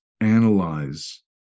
analyze